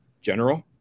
general